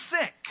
sick